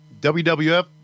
WWF